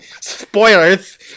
Spoilers